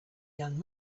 young